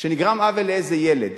שנגרם עוול לאיזה ילד